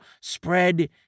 spread